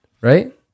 right